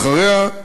אחריה,